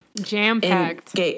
Jam-packed